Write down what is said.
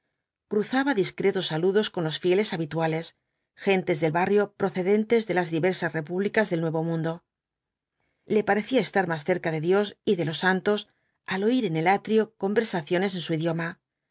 cruzaba discretos saludos con los fieles habituales gentes del barrio procedentes de las diversas repúblicas del nuevo mundo le parecía estar más cerca de dios y de los santos al oír en el atrio conversaciones en su idioma